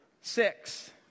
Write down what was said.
six